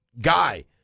guy